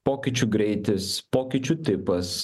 pokyčių greitis pokyčių tipas